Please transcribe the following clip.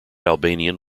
albanian